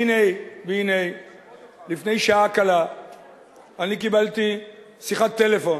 והנה לפני שעה קלה אני קיבלתי שיחת טלפון,